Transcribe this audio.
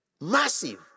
Massive